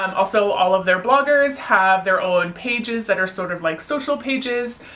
um also all of their bloggers have their own pages that are sort of like social pages.